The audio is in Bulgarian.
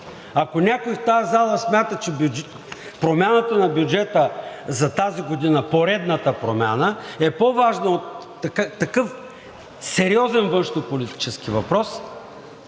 Ако някой в тази зала смята, че промяната на бюджета за тази година – поредната промяна, е по-важна от такъв сериозен външнополитически въпрос,